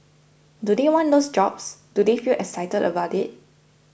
do they want those jobs do they feel excited about it